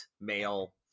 male